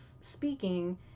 speaking